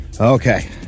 Okay